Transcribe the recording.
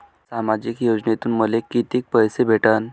सामाजिक योजनेतून मले कितीक पैसे भेटन?